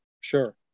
Sure